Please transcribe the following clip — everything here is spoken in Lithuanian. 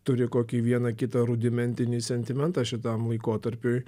turi kokį vieną kitą rudimentinį sentimentą šitam laikotarpiui